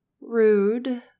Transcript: Rude